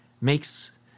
makes